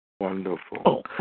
wonderful